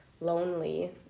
lonely